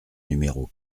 numéro